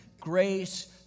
Grace